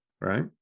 right